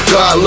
God